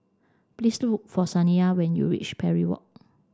please look for Saniya when you reach Parry Walk